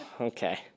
okay